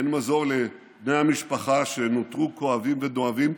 אין מזור לבני המשפחה שנותרו כואבים ודואבים.